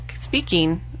speaking